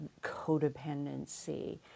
codependency